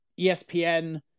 ESPN